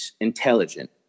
intelligent